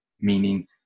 Meaning